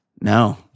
No